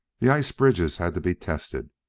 the ice-bridges had to be tested,